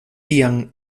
tian